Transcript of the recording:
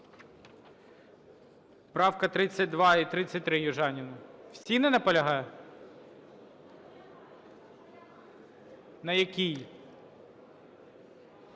Правка 32 і 33, Южаніна. Всі не наполягає? На якій?